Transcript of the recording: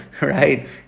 right